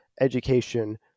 education